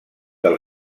del